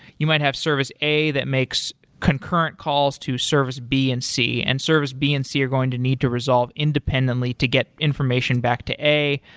you might have service a that makes concurrent calls to service b and c. and service b and c are going to need to result independently to get information back to a,